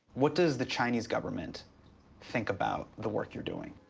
what does the chinese government think about the work you're doing?